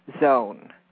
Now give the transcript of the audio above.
zone